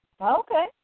Okay